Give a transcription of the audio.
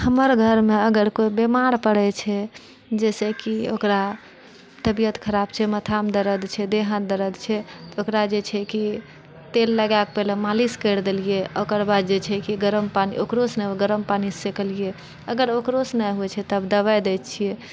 हमर घरमऽ अगर कोइ बीमार पड़ैत छै जैसेकि ओकरा तबियत खराब छै माथामऽ दरद छै देह हाथ दरद छै तऽ ओकरा जे छै कि तेल लगैकऽ पहिले मालिश करि देलियै ओकर बाद जे छै कि गरम पानी ओकरोसँ नहि गरम पानीसँ सेकलियै अगर ओकरोसँ नहि होइत छै तब दबाइ दैत छियै